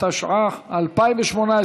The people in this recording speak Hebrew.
התשע"ח 2018,